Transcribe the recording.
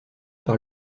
par